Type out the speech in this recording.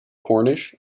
cornish